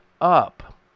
up